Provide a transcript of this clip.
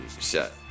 shut